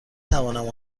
توانم